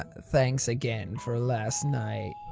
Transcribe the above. thanks again for last night.